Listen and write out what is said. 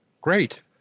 great